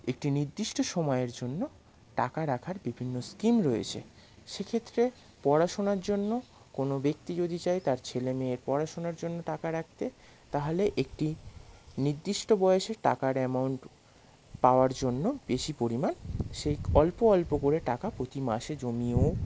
একটি নির্দিষ্ট সময়ের জন্য টাকা রাখার বিভিন্ন স্কিম রয়েছে সেক্ষেত্রে পড়াশুনার জন্য কোনও ব্যক্তি যদি চায় তার ছেলে মেয়ের পড়াশুনার জন্য টাকা রাখতে তাহলে একটি নির্দিষ্ট বয়সে টাকার অ্যামাউন্ট পাওয়ার জন্য বেশি পরিমাণ সেই অল্প অল্প করে টাকা প্রতি মাসে জমিয়েও